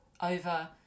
over